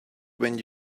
when